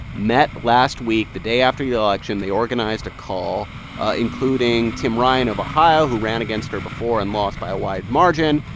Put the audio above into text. met last week the day after the election. they organized a call including tim ryan of ohio, who ran against her before and lost by a wide margin,